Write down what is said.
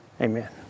Amen